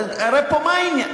הרי מה העניין?